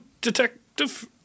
detective